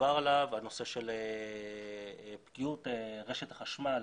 שדובר עליו, הנושא של פגיעות רשת החשמל